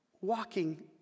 walking